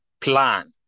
plan